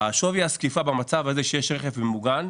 שווי הזקיפה במצב הזה כשיש רכב ממוגן,